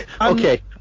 okay